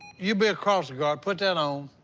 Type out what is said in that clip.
you be a crossing guard. put that on.